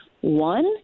One